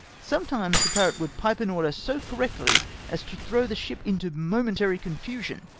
sometimes the parrot would pipe an order so correctly as to throw the ship into momentary confusion,